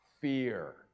fear